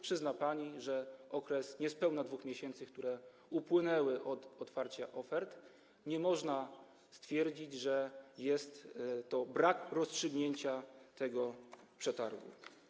Przyzna pani, że po okresie niespełna 2 miesięcy, które upłynęły od otwarcia ofert, nie można stwierdzić, że oznacza to brak rozstrzygnięcia tego przetargu.